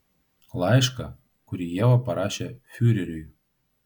laišką kurį ieva parašė fiureriui